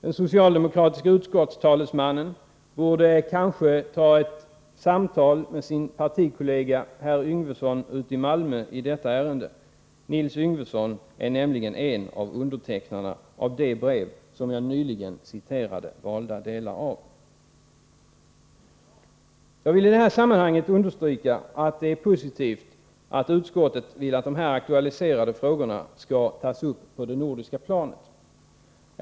Den socialdemokratiske utskottstalesmannen borde kanske ta ett samtal med sin partikollega herr Yngvesson i Malmö i detta ärende. Nils Yngvesson är nämligen en av undertecknarna av det brev som jag nyligen citerade valda delar av. Jag vill i det här sammanhanget understryka att det är positivt att utskottet vill att de här aktualiserade frågorna skall tas upp på det nordiska planet.